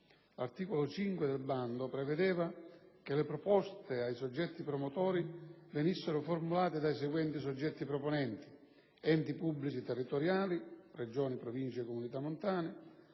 L'articolo 5 del bando prevedeva che le proposte ai soggetti promotori venissero formulate dai seguenti soggetti proponenti: enti pubblici territoriali (Regione, Province, comunità montane);